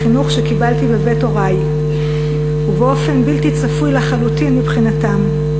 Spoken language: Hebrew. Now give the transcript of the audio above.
לחינוך שקיבלתי בבית הורי ובאופן בלתי צפוי לחלוטין מבחינתם.